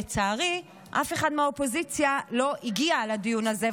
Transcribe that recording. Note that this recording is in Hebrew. לצערי אף אחד מהאופוזיציה לא הגיע לדיון הזה,